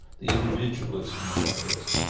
the individualism and all the rest of it.